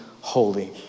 holy